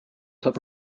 saab